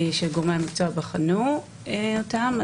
שגורמי המקצוע בחנו אותם.